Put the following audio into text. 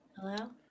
Hello